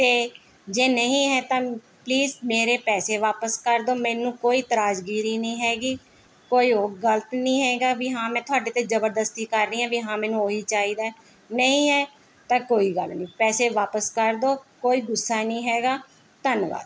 ਅਤੇ ਜੇ ਨਹੀਂ ਹੈ ਤਾਂ ਪਲੀਜ਼ ਮੇਰੇ ਪੈਸੇ ਵਾਪਸ ਕਰ ਦਿਓ ਮੈਨੂੰ ਕੋਈ ਇਤਰਾਜ਼ਗੀਰੀ ਨਹੀਂ ਹੈਗੀ ਕੋਈ ਉਹ ਗਲਤ ਨਹੀਂ ਹੈਗਾ ਵੀ ਹਾਂ ਮੈਂ ਤੁਹਾਡੇ 'ਤੇ ਜ਼ਬਰਦਸਤੀ ਕਰ ਰਹੀ ਵੀ ਹਾਂ ਮੈਨੂੰ ਉਹੀ ਚਾਹੀਦਾ ਨਹੀਂ ਹੈ ਤਾਂ ਕੋਈ ਗੱਲ ਨਹੀਂ ਪੈਸੇ ਵਾਪਸ ਕਰ ਦਿਓ ਕੋਈ ਗੁੱਸਾ ਨਹੀਂ ਹੈਗਾ ਧੰਨਵਾਦ